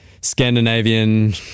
Scandinavian